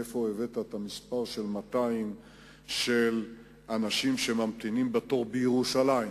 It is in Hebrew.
מאיפה הבאת את המספר של 200 אנשים שממתינים בתור בירושלים.